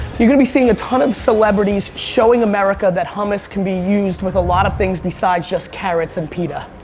you're gonna be seeing a ton of celebrities showing america that hummus can be used with a lot of things besides just carrots and pita.